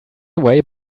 away